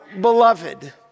beloved